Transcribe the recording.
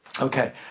Okay